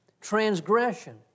transgression